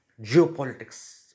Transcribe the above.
geopolitics